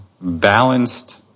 balanced